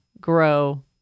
grow